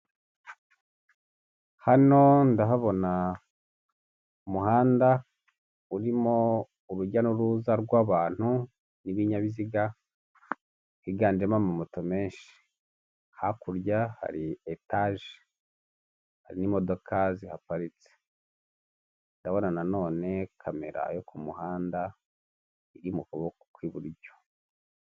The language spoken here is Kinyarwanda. Hano ndahabona umuhanda urimo urujya n'uruza rw'abantu n'ibinyabiziga higanjemo ama moto menshi, hakurya hari etage n'imodoka zihaparitse ndabona nanone kamera yo ku muhanda iri mu kuboko kw'iburyo.